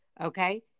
Okay